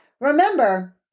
remember